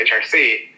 HRC